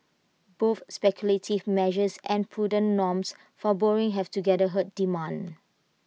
both speculative measures and prudent norms for borrowing have together hurt demand